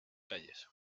calles